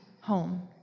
home